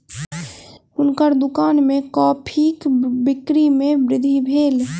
हुनकर दुकान में कॉफ़ीक बिक्री में वृद्धि भेल